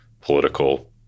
political